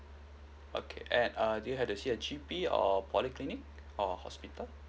okay and err do you had to see a G_P or polyclinic or hospital